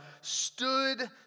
stood